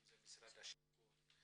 אם משרד השיכון.